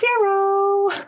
Zero